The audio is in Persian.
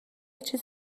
چیز